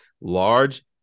large